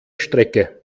strecke